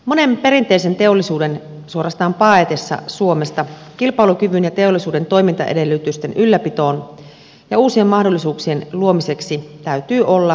monen perinteisen teollisuuden suorastaan paetessa suomesta kilpailukyvyn ja teollisuuden toimintaedellytysten ylläpitoon ja uusien mahdollisuuksien luomiseen täytyy olla isänmaallisempi ote